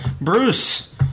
Bruce